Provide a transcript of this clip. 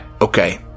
Okay